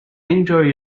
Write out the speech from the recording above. enjoy